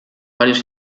varios